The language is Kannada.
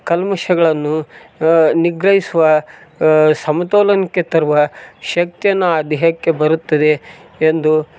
ಕಲ್ಮಶಗಳನ್ನು ನಿಗ್ರಹಿಸುವ ಸಮತೋಲನಕ್ಕೆ ತರುವ ಶಕ್ತಿಯನ್ನು ಆ ದೇಹಕ್ಕೆ ಬರುತ್ತದೆ ಎಂದು